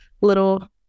little